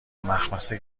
مخمصه